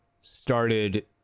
started